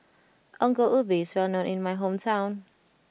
Ongol Ubi is well known in my hometown